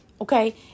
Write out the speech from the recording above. Okay